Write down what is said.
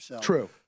True